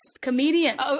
Comedians